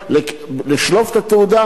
לשלוף את התעודה,